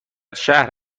شهر